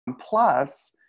plus